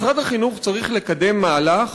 משרד החינוך צריך לקדם מהלך